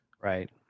Right